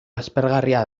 aspergarria